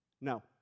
No